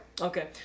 Okay